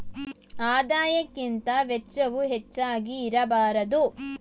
ಆದಾಯಕ್ಕಿಂತ ವೆಚ್ಚವು ಹೆಚ್ಚಾಗಿ ಇರಬಾರದು